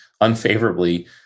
unfavorably